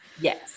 Yes